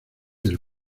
del